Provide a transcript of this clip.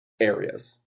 areas